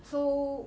so